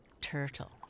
turtle